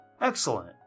Excellent